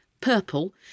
purple